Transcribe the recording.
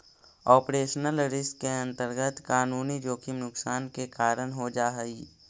operational risk के अंतर्गत कानूनी जोखिम नुकसान के कारण हो जा हई